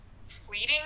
fleeting